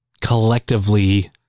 collectively